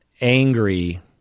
angry –